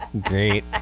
great